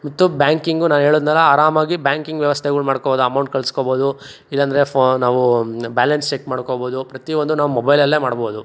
ಮತ್ತು ಬ್ಯಾಂಕಿಂಗು ನಾನು ಹೇಳಿದ್ನಲ್ಲ ಆರಾಮಾಗಿ ಬ್ಯಾಂಕಿಂಗ್ ವ್ಯವಸ್ಥೆಗಳು ಮಾಡ್ಕೊಬೋದು ಅಮೌಂಟ್ ಕಳ್ಸ್ಕೋಬೋದು ಇಲ್ಲಾಂದ್ರೆ ಫೋ ನಾವು ಬ್ಯಾಲೆನ್ಸ್ ಚೆಕ್ ಮಾಡ್ಕೊಬೋದು ಪ್ರತಿಯೊಂದು ನಾವು ಮೊಬೈಲಲ್ಲೇ ಮಾಡಬೌದು